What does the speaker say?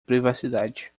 privacidade